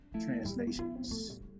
Translations